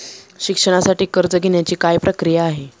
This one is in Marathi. शिक्षणासाठी कर्ज घेण्याची काय प्रक्रिया आहे?